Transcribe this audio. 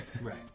Right